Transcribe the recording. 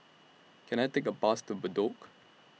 Can I Take A Bus to Bedok